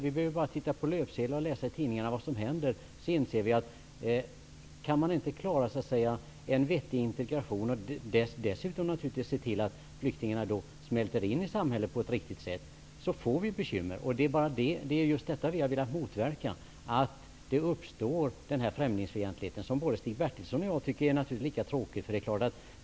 Vi kan bara studera löpsedlarna och läsa i tidningarna om vad som händer, så inser vi att vi får bekymmer, om vi inte kan klara en vettig integration och se till att flyktingarna smälter in i samhället på ett riktigt sätt. Vi har velat motverka att främlingsfientlighet uppstår, en fientlighet som både Stig Bertilsson och jag tycker är lika tråkig.